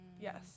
Yes